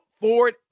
Ford